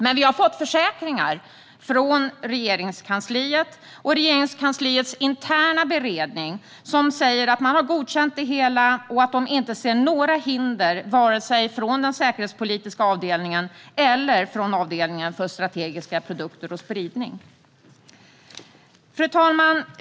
Men vi har fått försäkringar från Regeringskansliet och dess interna beredning, som säger att man har godkänt det hela och inte ser några hinder från vare sig den säkerhetspolitiska avdelningen eller avdelningen för strategiska produkter och spridning. Fru talman!